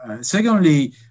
Secondly